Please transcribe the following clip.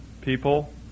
people